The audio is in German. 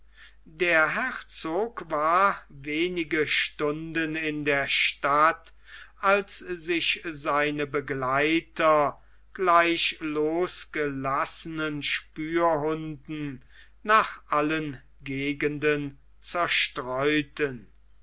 der herzog war wenige stunden in der stadt als sich seine begleiter gleich losgelassenen spürhunden nach allen gegenden zerstreuten